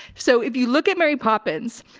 so if you look at mary poppins,